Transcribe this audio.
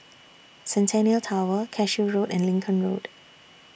Centennial Tower Cashew Road and Lincoln Road